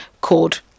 called